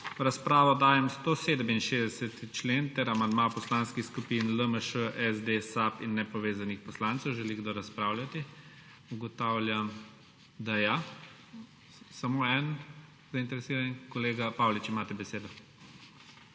V razpravo dajem 167. člen ter amandma poslanskih skupin LMŠ, SD, SAB in nepovezanih poslancev. Želi kdo razpravljati? (Da.) Samo eden zainteresirani. Kolega Paulič, imate besedo.